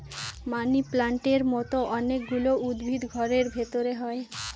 মানি প্লান্টের মতো অনেক গুলো উদ্ভিদ ঘরের ভেতরে হয়